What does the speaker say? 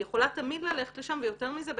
היא יכולה תמיד ללכת לשם ויותר מזה,